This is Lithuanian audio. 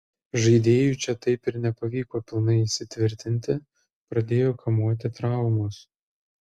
žaidėjui čia taip ir nepavyko pilnai įsitvirtinti pradėjo kamuoti traumos